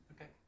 okay